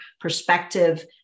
perspective